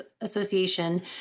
association